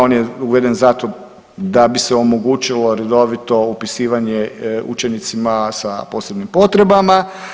On je uveden zato da bi se omogućilo redovito upisivanje učenicima sa posebnim potrebama.